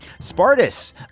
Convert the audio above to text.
Spartus